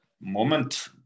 moment